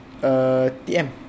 TM